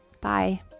bye